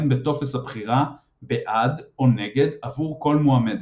בטופס הבחירה "בעד" או "נגד" עבור כל מועמדת.